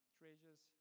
treasures